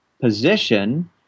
position